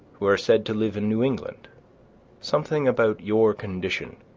who are said to live in new england something about your condition,